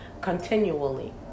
continually